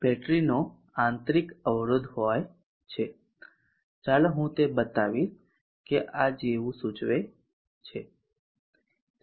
બેટરીનો આંતરિક અવરોધ હોય છે ચાલો હું તે બતાવીશ કે આ જેવું સૂચવે છે